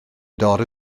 dorf